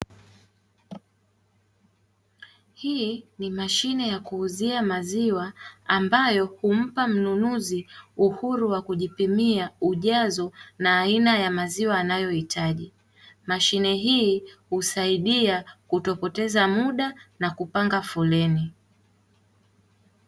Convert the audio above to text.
Hii ni mashine ya kuuzia maziwa, ambayo humpa mnunuzi uhuru wa kujipimia ujazo na aina ya maziwa anayo hitaji. Mashine hii, husaidia kuto poteza muda na kupanga foleni.